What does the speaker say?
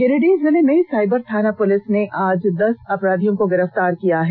गिरिडीह जिले मेंसाइबर थाना पुलिस ने आज दस अपराधियों को गिरफ्तार किया है